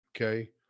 Okay